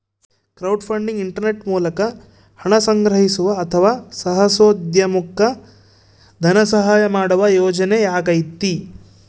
crowdfunding internet ಮೂಲಕ ಹಣ ಸಂಗ್ರಹಿಸುವ ಅಥವಾ ಸಾಹಸೋದ್ಯಮುಕ್ಕ ಧನಸಹಾಯ ಮಾಡುವ ಯೋಜನೆಯಾಗೈತಿ